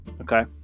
okay